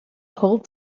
hold